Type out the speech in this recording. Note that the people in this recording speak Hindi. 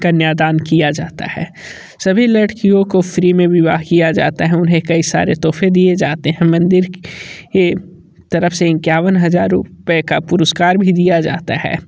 कन्यादान किया जाता है सभी लड़कियों को फ्री में विवाह किया जाता है उन्हें कई सारे तौफे़ दिए जाते हैं मंदिर ये तरफ से इक्यावन हजार रुपए का पुरूस्कार भी दिया जाता है